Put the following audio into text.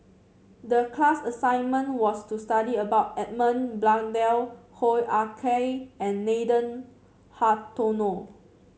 the class assignment was to study about Edmund Blundell Hoo Ah Kay and Nathan Hartono